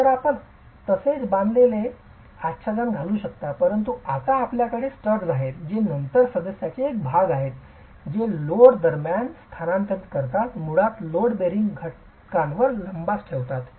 तर आपण असेच बांधलेले आच्छादन घालू शकता परंतु आता आपल्याकडे स्टड्स आहेत जे नंतर सदस्याचे एक भाग आहेत जे लोड दरम्यान स्थानांतरित करतात मुळात लोड बेअरिंग घटकांवर लिबास ठेवतात